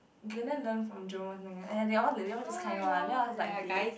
glendon learn from John !aiya! they all they all like this kind then one I was like dead